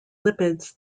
lipids